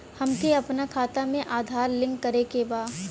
हमके अपना खाता में आधार लिंक करें के बा?